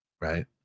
right